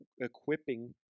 equipping